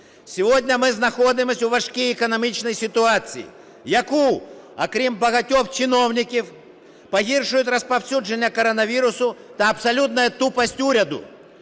Сьогодні ми знаходимося у важкій економічній ситуації, яку, окрім багатьох чиновників, погіршують розповсюдження коронавірусу та абсолютна тупість уряду,